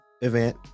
event